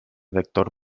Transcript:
vector